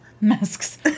masks